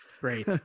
Great